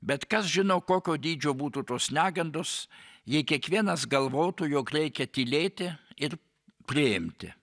bet kas žino kokio dydžio būtų tos negandos jei kiekvienas galvotų jog reikia tylėti ir priimti